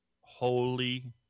Holy